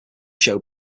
show